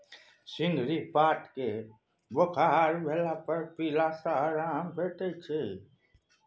सिंहारिक पात केँ बोखार भेला पर पीला सँ आराम भेटै छै